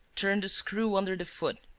turned a screw under the foot,